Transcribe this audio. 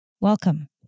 Welcome